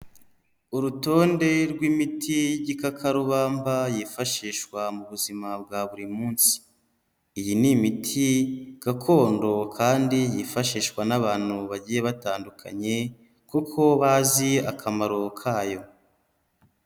Urutonde rw'imiti y'igikakarubamba yifashishwa mu buzima bwa buri munsi. Iyi ni imiti gakondo kandi yifashishwa n'abantu bagiye batandukanye kuko bazi akamaro kayo.